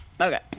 Okay